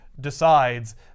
decides